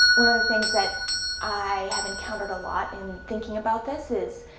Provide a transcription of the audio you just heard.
one of the things that i have encountered a lot in thinking about this is,